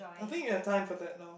I think you have time for that now